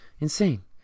Insane